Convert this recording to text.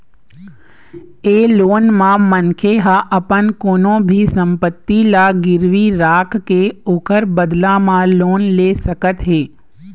ए loan म मनखे ह अपन कोनो भी संपत्ति ल गिरवी राखके ओखर बदला म लोन ले सकत हे